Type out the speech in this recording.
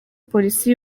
polisi